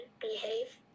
behave